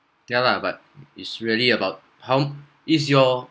yeah lah but it's really about how is your